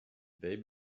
they